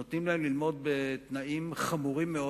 נותנים להם ללמוד בתנאים חמורים מאוד,